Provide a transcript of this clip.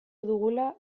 dugula